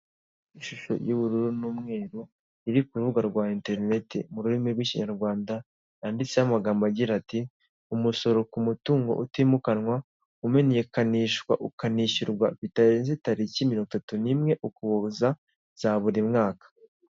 Ishusho y'ubururu n'umweru iri ku rubuga rwa interineti mu rurimi rw'ikinyarwanda yanditseho amagambo agira ati, umusoro ni umutungo utimukanwa umenyekanishwa ukanishyurwa bitarenze tariki 31 ukuboza bya buri mwaka .